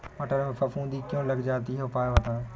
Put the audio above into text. मटर में फफूंदी क्यो लग जाती है उपाय बताएं?